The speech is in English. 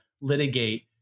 litigate